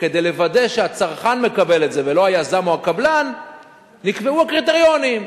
כדי לוודא שהצרכן מקבל את זה ולא היזם או הקבלן נקבעו הקריטריונים.